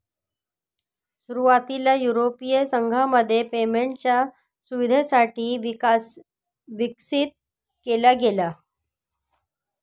सुरुवातीला युरोपीय संघामध्ये पेमेंटच्या सुविधेसाठी विकसित केला गेला